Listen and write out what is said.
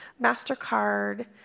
MasterCard